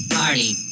party